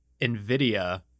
Nvidia